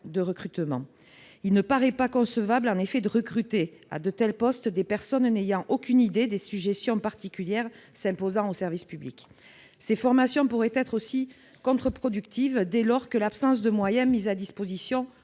de recrutement. Il ne paraît effectivement pas concevable de recruter à de tels postes des personnes n'ayant aucune idée des sujétions particulières s'imposant au service public. Ces formations pourraient aussi se révéler contre-productives, dès lors que l'absence de moyens mis à disposition